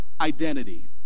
identity